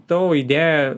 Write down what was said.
tavo idėja